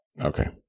Okay